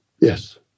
yes